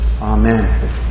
Amen